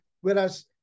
whereas